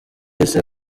ese